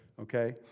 Okay